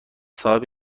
صاحب